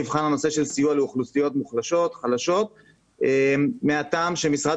נבחן הנושא של סיוע לאוכלוסיות מוחלשות וחלשות מהטעם שמשרד